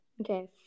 Okay